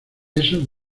eso